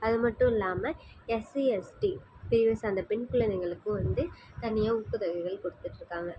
அதுமட்டுல்லாமல் SC ST பிரிவை சார்ந்த பெண் குழந்தைங்களுக்கு வந்து தனியாக ஊக்கத்தொகைகள் கொடுத்துட்ருக்காங்க